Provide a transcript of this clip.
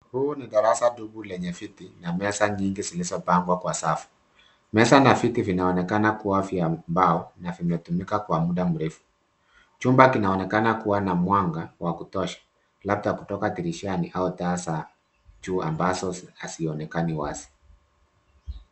Huu ni darasa dogo lenye viti na meza nyingi zilizopangwa kwa safu. Meza na viti vinaonekana kuwa vya mbao na vimetumika kwa muda mrefu. Chumba kinaonekana kuwa na mwanga wa kutosha, labda kutoka dirishani au taa za juu ambazo hazioonekani wazi.